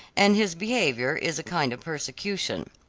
and his behavior is a kind of persecution.